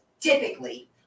typically